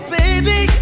baby